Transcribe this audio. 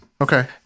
Okay